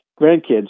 grandkids